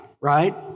right